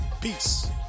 Peace